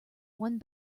one